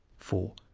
four.